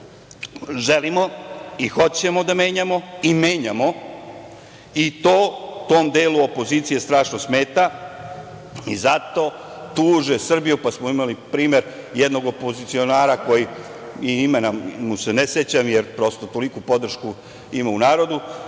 želimo i hoćemo da menjamo, i menjamo i to, tom delu opozicije strašno smeta, zato tuže Srbiju. Imali smo primer jednog opozicionara, i imena mu se ne sećam, jer prosto, toliku podršku ima u narodu,